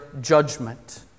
judgment